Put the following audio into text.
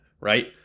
right